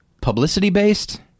publicity-based